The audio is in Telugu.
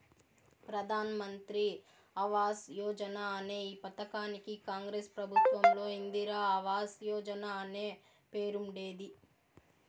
ప్రధాన్ మంత్రి ఆవాస్ యోజన అనే ఈ పథకానికి కాంగ్రెస్ ప్రభుత్వంలో ఇందిరా ఆవాస్ యోజన అనే పేరుండేది